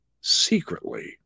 secretly